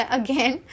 again